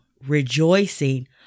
rejoicing